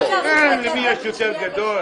ממשיך בינתיים.